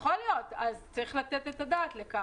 יכול להיות, אז צריך לתת את הדעת על כך.